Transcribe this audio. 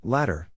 Ladder